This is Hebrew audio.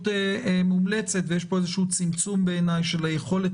מכובדיי, צוהריים טובים לכולם.